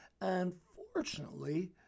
Unfortunately